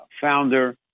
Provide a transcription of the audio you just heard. founder